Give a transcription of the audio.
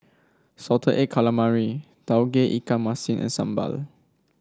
Salted Egg Calamari Tauge Ikan Masin and sambal